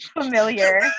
familiar